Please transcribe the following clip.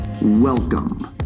Welcome